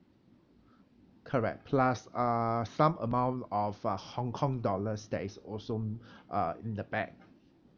correct plus uh some amount of uh hong kong dollars that is also uh in the bag